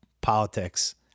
politics